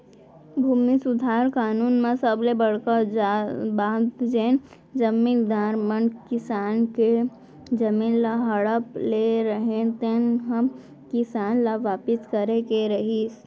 भूमि सुधार कानून म सबले बड़का बात जेन जमींदार मन किसान के जमीन ल हड़प ले रहिन तेन ह किसान ल वापिस करे के रहिस